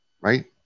right